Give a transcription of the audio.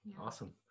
awesome